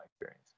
experience